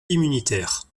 immunitaire